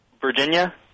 Virginia